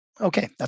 Okay